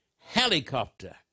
helicopter